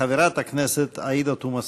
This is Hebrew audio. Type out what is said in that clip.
חברת הכנסת עאידה תומא סלימאן.